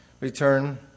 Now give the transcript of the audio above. return